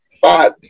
five